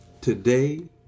Today